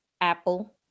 apple